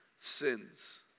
sins